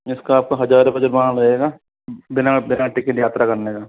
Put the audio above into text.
इसका आपको हजार रुपए जुर्माना देना बिना बिना टिकट यात्रा करने का